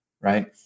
right